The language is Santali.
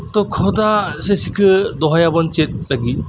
ᱫᱚ ᱠᱷᱚᱫᱟ ᱥᱮ ᱥᱤᱠᱟᱹ ᱫᱚᱦᱚᱭᱟᱵᱩᱱ ᱪᱮᱫ ᱞᱟᱹᱜᱤᱫ